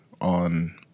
on